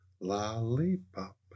lollipop